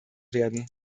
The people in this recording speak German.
werden